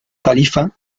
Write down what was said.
califa